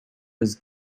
was